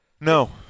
no